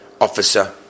officer